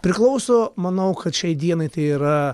priklauso manau kad šiai dienai tai yra